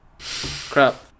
crap